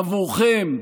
עבורכם,